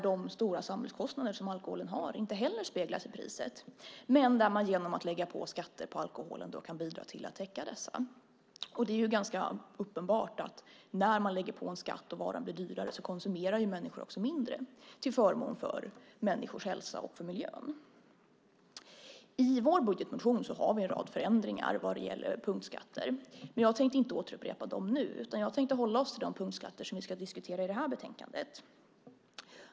De stora samhällskostnader som alkoholen ger speglas inte heller i priset, men genom att lägga på skatter på alkoholen kan vi bidra till att täcka dessa. Det är ganska uppenbart att när man lägger på en skatt och varan blir dyrare så konsumerar människor också mindre, till förmån för sin hälsa och för miljön. I vår budgetmotion har vi en rad förslag på förändringar vad gäller punktskatter, men jag tänkte inte upprepa dem nu utan hålla mig till de punktskatter som vi ska diskutera utifrån det här betänkandet.